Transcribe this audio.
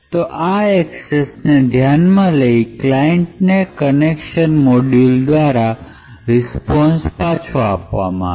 તો એ એક્સસ ને ધ્યાનમાં લઈને ક્લાયન્ટને કનેક્શન મોડ્યુલ દ્વારા રિસ્પોન્સ પાછો આપવામાં આવે